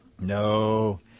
No